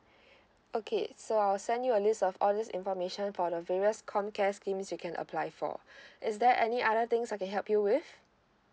okay so I'll send you a list of all these information for the various comcare schemes you can apply for is there any other things I can help you with